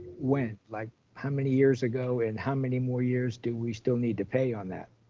when? like how many years ago and how many more years do we still need to pay on that?